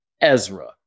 Ezra